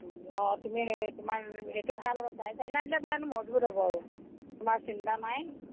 অ তুমি সেই তোমাৰ সেইটো ভাল হ'ব চাৰে চাৰি অনা দিলে তোমাৰ মজবুত হ'ব আৰু তোমাৰ চিন্তা নাই